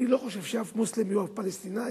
אני חושב שאף מוסלמי או אף פלסטיני